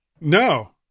No